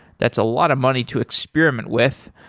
that's a lot of money to experiment with.